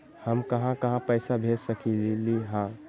हम कहां कहां पैसा भेज सकली ह?